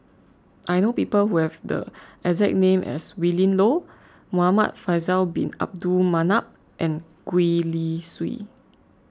I know people who have the exact name as Willin Low Muhamad Faisal Bin Abdul Manap and Gwee Li Sui